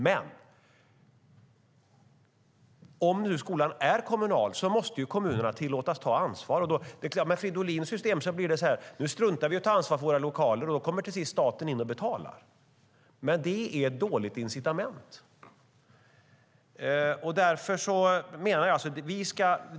Men om nu skolan är kommunal måste ju kommunerna tillåtas att ta ansvar. Med Fridolins system blir det så här: Nu struntar vi att ta ansvar för våra lokaler, och då kommer statens till sist in och betalar. Men det är ett dåligt incitament.